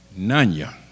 Nanya